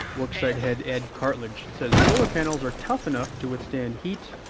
worksite head ed cartlidge says solar panels are tough enough to withstand heat,